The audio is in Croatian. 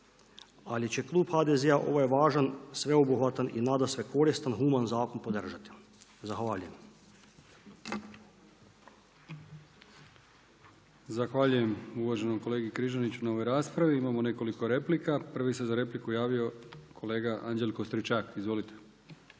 ali će klub HDZ-a ovaj važan, sveobuhvatan i nadasve koristan, human zakon podržati. Zahvaljujem. **Brkić, Milijan (HDZ)** Zahvaljujem uvaženom kolegi Križaniću na ovoj raspravi. Imamo nekoliko replika. Prvi se za repliku javio kolega Anđelko Stričak. Izvolite.